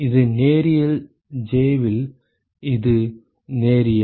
இது நேரியல் J வில் இது நேரியல்